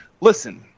listen